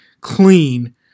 clean